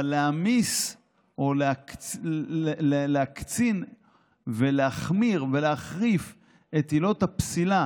אבל להעמיס או להקצין ולהחמיר ולהחריף את עילות הפסילה